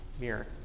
mirror